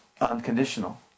unconditional